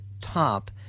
top